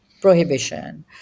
prohibition